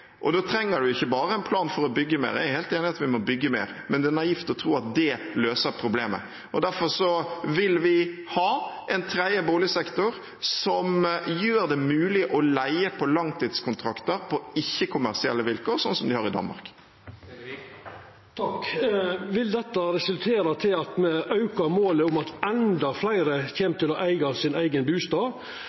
Da trenger en ikke bare en plan for å bygge mer. Jeg er helt enig i at vi må bygge mer, men det er naivt å tro at det løser problemet. Derfor vil vi ha en tredje boligsektor som gjør det mulig å leie på langtidskontrakter, på ikke-kommersielle vilkår, sånn som de har i Danmark. Vil dette resultera i at me når målet om at endå fleire kjem til å eiga sin eigen bustad?